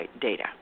data